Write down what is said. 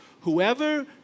whoever